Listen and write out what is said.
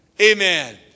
Amen